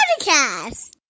Podcast